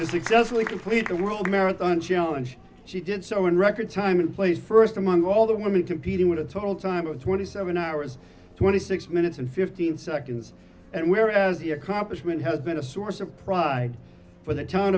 successfully complete the world marathon challenge she did so in record time and place first among all the women competing with a total time of twenty seven hours twenty six minutes and fifteen seconds and we are as the accomplishment has been a source of pride for the to